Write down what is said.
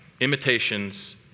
imitations